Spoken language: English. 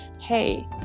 hey